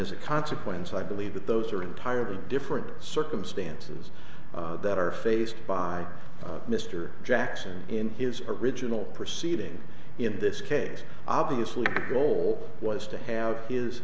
as a consequence i believe that those are entirely different circumstances that are faced by mr jackson in his original proceeding in this case obviously the role was to have his